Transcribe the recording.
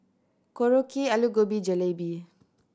Korokke Alu Gobi Jalebi